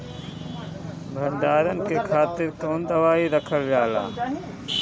भंडारन के खातीर कौन दवाई रखल जाला?